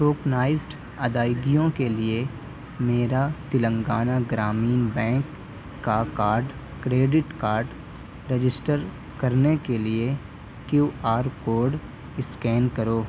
tokenized ادائیگیوں کے لیے میرا تلنگانہ گرامین بینک کا کارڈ کریڈٹ کارڈ رجسٹر کرنے کے لیے کیو آر کوڈ اسکین کرو